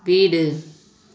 வீடு